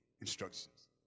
instructions